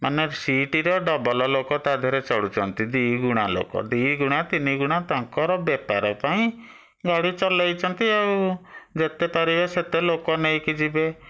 ମାନେ ସିଟ୍ର ଡ଼ବଲ୍ ଲୋକ ତା'ଦେହରେ ଚଢୁଛନ୍ତି ଦୁଇଗୁଣା ଲୋକ ଦୁଇଗୁଣା ତିନିଗୁଣା ତାଙ୍କର ବେପାର ପାଇଁ ଗାଡ଼ି ଚଲାଇଛନ୍ତି ଆଉ ଯେତେ ପାରିବେ ସେତେ ଲୋକ ନେଇକି ଯିବେ